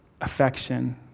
affection